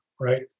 right